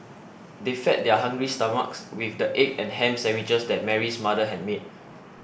they fed their hungry stomachs with the egg and ham sandwiches that Mary's mother had made